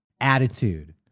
attitude